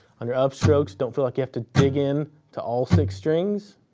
on your upstrokes, don't feel like you have to dig in to all six strings,